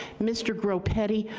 mr. groppetti,